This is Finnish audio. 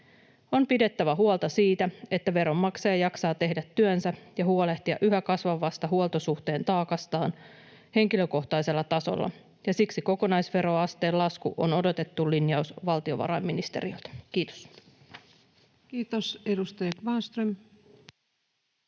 On pidettävä huolta siitä, että veronmaksaja jaksaa tehdä työnsä ja huolehtia yhä kasvavasta huoltosuhteen taakastaan henkilökohtaisella tasolla, ja siksi kokonaisveroasteen lasku on odotettu linjaus valtiovarainministeriöltä. — Kiitos. Kiitos. — Edustaja Kvarnström.